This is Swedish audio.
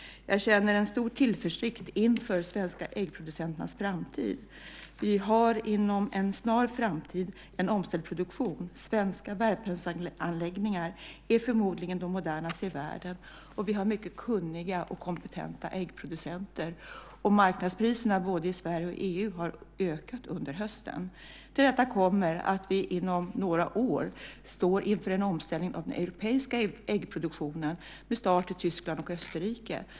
Jag känner en stor tillförsikt inför de svenska äggproducenternas framtid. Vi har inom en snar framtid en omställd produktion. Svenska värphönsanläggningar är förmodligen de modernaste i världen, och vi har mycket kunniga och kompetenta äggproducenter. Marknadspriserna både i Sverige och i EU har ökat under hösten. Till detta kommer att vi inom några år står inför en omställning av den europeiska äggproduktionen med start i Tyskland och Österrike.